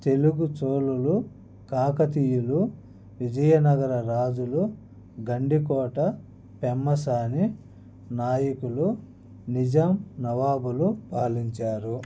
తెలుగు చోళలు కాకతీయులు విజయనగర రాజులు గండికోట పెమ్మసాని నాయకులు నిజం నవాబులు పాలించారు